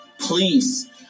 Please